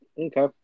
Okay